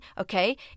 okay